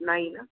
नाही ना